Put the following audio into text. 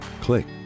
click